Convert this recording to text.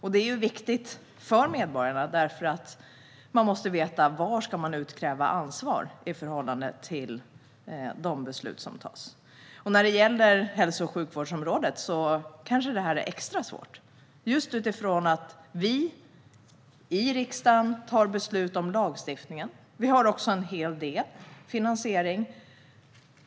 Detta är viktigt för medborgarna - man måste veta var man ska utkräva ansvar för de beslut som tas. När det gäller hälso och sjukvårdsområdet kanske detta är extra svårt just eftersom vi i riksdagen tar beslut om lagstiftningen och en hel del av finansieringen.